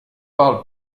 parle